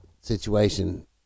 situation